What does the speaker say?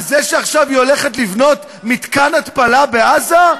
על זה שעכשיו היא הולכת לבנות מתקן התפלה בעזה?